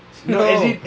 no